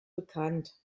bekannt